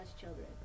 children